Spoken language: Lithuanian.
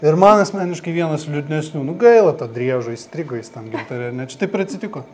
ir man asmeniškai vienas liūdnesnių nu gaila to driežo įstrigo jis tam gintare ar ne čia taip ir atsitiko